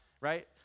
Right